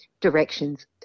directions